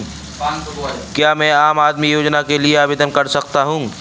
क्या मैं आम आदमी योजना के लिए आवेदन कर सकता हूँ?